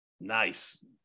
Nice